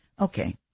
Okay